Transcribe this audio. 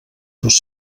dos